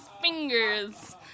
fingers